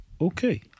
okay